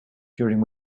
during